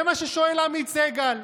זה מה ששאל עמית סגל.